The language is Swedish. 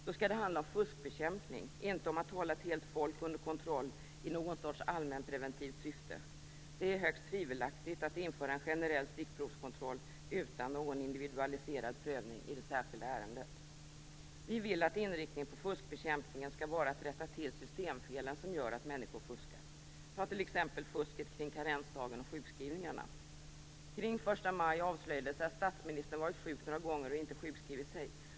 Då skall det handla om fuskbekämpning och inte om att hålla ett helt folk under kontroll i någon sorts allmänpreventivt syfte. Det är högst tvivelaktigt att införa en generell stickprovskontroll utan någon individualiserad prövning i det särskilda ärendet. Vi vill att inriktningen på fuskbekämpningen skall vara att rätta till systemfelen som gör att människor fuskar. Ta t.ex. fusket kring karensdagen och sjukskrivningarna. Kring den 1 maj avslöjades att statsministern varit sjuk några gånger och inte sjukskrivit sig.